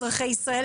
אזרחי ישראל,